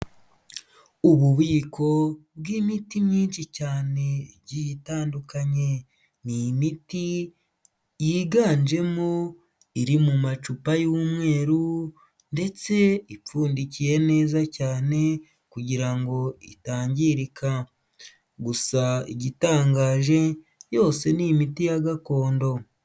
Ububiko bw'imiti myinshi cyane, igiye itandukanye. Ni imiti yiganjemo iri mu macupa y'umweru, ndetse ipfundikiye neza cyane, kugira ngo itangirika. Gusa igitangaje, yose ni imiti ya gakondo.